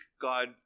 God